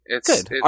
Good